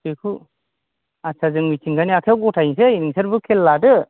बेखौ आटसा जों मिथिंगानि आखायाव गथायसै नोंसोरबो खेल लादो